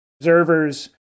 observers